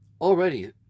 already